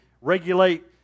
regulate